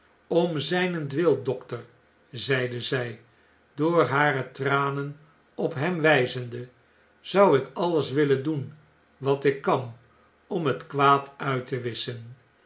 om zjjnentwil dokter zeide zjj door hare tranen op hem wjjzende zou ik alles willen doen wat ik kan om het kwaad uit te wisschen